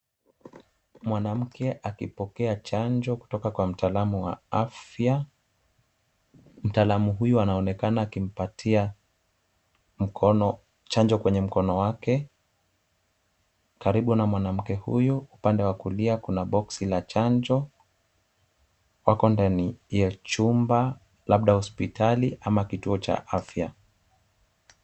Mwanamke akipokea chanjo kutoka kwa mtaalamu wa afya. Mtaalamu huyu anaonekana akimpatia chanjo kwenye mkono wake. Karibu na mwanamke huyu upande wa kulia kuna boksi la chanjo. Wako ndani ya chumba labda hospitali ama kituo cha afya.